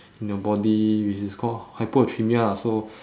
in your body which is called hyponatremia lah so